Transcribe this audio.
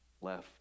left